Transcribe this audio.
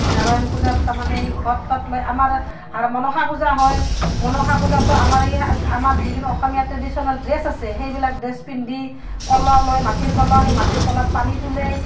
নাৰায়ণ পূজাত তাৰমানে এই ঘট তত লয় আমাৰ আৰ মনসা পূজা হয় মনসা পূজাতো আমাৰ এই আত আমাৰ যিকোনো অসমীয়া ট্ৰেডিশ্যনেল ড্ৰেছ আছে সেইবিলাক ড্ৰেছ পিন্ধি কলহ লয় মাটিৰ কলহ সেই মাটিৰ কলহত পানী তোলে